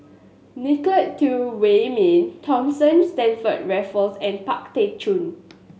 Nicolette Teo Wei Min Thomas Stamford Raffles and Pang Teck Joon